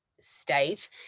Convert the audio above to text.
state